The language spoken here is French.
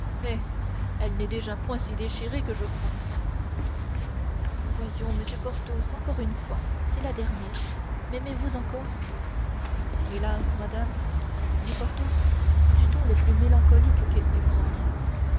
elle n'est déjà point si décharnée que je crois voyons monsieur porthos encore une fois c'est la dernière m'aimez-vous encore hélas madame dit porthos du ton le plus mélancolique qu'il put prendre